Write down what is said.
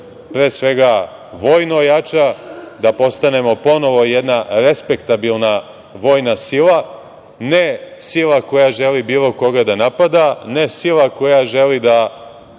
pre svega vojno ojača, da postanemo ponovo jedna respektabilna vojna sila, ne sila koja želi bilo koga da napada, ne sila koja želi da